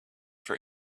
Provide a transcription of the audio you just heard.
for